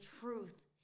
truth